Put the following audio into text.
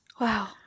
Wow